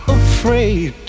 afraid